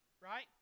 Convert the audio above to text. right